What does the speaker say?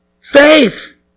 Faith